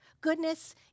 Goodness